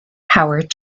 howard